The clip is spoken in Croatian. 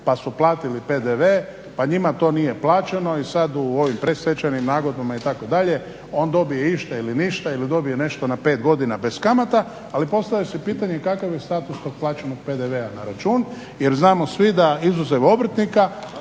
pa su platili PDV pa njima to nije plaćeno i sad u ovim predstečajnim nagodbama itd. on dobije išta ili ništa ili dobije nešto na 5 godina bez kamata. Ali postavlja se pitanje kakav je status tog plaćenog PDV-a na račun? Jer znamo svi da izuzev obrtnika